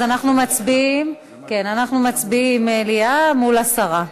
אז אנחנו מצביעים, מליאה מול הסרה.